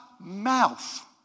mouth